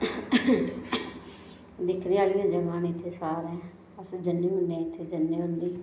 दिक्खने आह्लियां जगह् न इत्थें सारै अस जन्ने होन्ने इत्थें जन्ने होन्ने